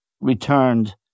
returned